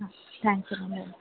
thank you